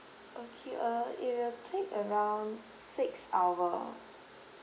okay uh it will take around six hour